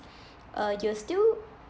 uh you're still